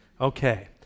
Okay